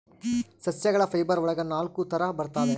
ಸಸ್ಯಗಳ ಫೈಬರ್ ಒಳಗ ನಾಲಕ್ಕು ತರ ಬರ್ತವೆ